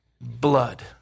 blood